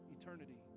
eternity